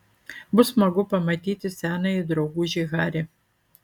bus smagu pamatyti senąjį draugužį harį